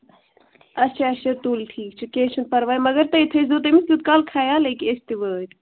اَچھا اَچھا تُل ٹھیٖک چھُ کیٚنٛہہ چھُنہٕ پَرواے مَگر تُہۍ تھٲوِزیٚو تٔمِس تیُت کال خیال یہِ کہِ أسۍ تہِ وٲتۍ